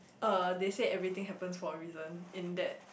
uh they said everything happens for a reason in that